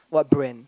what brand